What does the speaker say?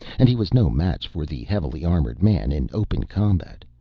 and he was no match for the heavily armored man in open combat,